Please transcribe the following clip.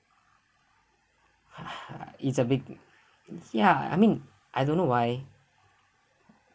it's a big ya I mean I don't know why